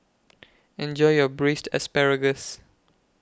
Enjoy your Braised Asparagus